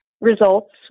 results